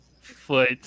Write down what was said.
foot